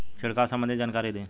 छिड़काव संबंधित जानकारी दी?